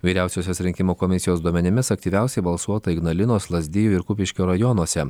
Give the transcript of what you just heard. vyriausiosios rinkimų komisijos duomenimis aktyviausiai balsuota ignalinos lazdijų ir kupiškio rajonuose